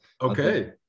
Okay